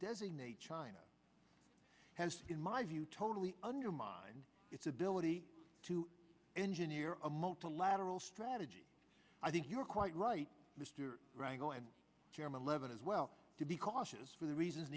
designate china has in my view totally undermined its ability to engineer a multilateral strategy i think you're quite right mr rango and chairman levin as well to be cautious for the reasons